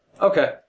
Okay